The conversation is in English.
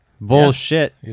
Bullshit